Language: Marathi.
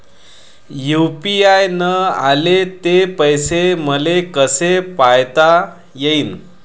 यू.पी.आय न आले ते पैसे मले कसे पायता येईन?